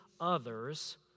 others